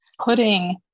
putting